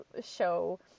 show